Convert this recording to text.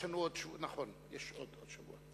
נכון, יש עוד שבוע.